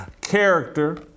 Character